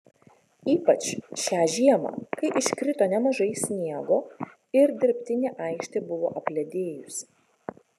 ypač šią žiemą kai iškrito nemažai sniego ir dirbtinė aikštė buvo apledėjusi